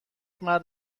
مرد